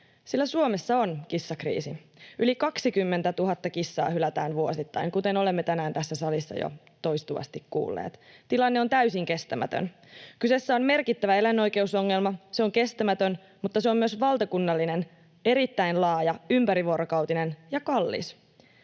sillä Suomessa on kissakriisi. Yli 20 000 kissaa hylätään vuosittain, kuten olemme tänään tässä salissa jo toistuvasti kuulleet. Tilanne on täysin kestämätön. Kyseessä on merkittävä eläinoikeusongelma, se on kestämätön, mutta se on myös valtakunnallinen, erittäin laaja, ympärivuorokautinen ja kallis.